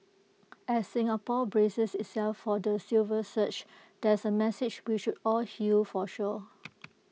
as Singapore braces itself for the silver surge that's A message we should all heal for sure